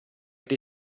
dei